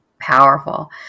powerful